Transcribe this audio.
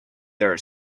their